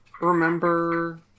remember